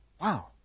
Wow